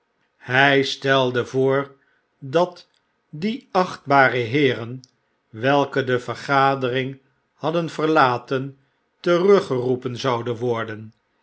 hy stelde voor dat die achtbare heeren welke de vergadering hadden verlaten teruggeroepen zouden worden